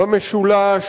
במשולש,